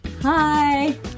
Hi